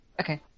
Okay